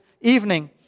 evening